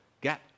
get